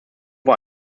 war